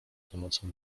pomocą